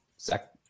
Zach